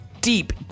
deep